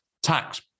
tax